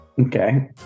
Okay